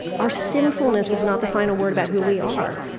our sinfulness is not the final word about who we are.